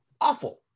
awful